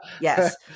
Yes